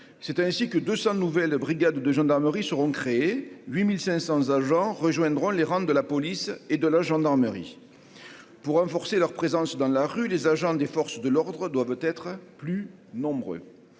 c'est ainsi que 200 nouvelles brigades de gendarmerie seront créés 8500 agents rejoindront les rangs de la police et de la gendarmerie pour renforcer leur présence dans la rue, les agents des forces de l'ordre doivent être plus nombreux